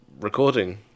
recording